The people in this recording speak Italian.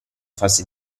fase